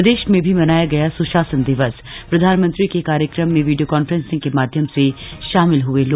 प्रदेश में भी मनाया गया सुसाशन दिवस प्रधानमंत्री के कार्यक्रम में वीडियो कान्फ्रेन्सिंग के माध्यम से शामिल हुए लोग